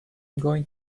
going